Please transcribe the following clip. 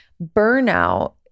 burnout